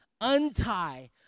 untie